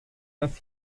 dass